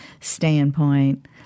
standpoint